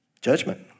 Judgment